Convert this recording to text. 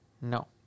No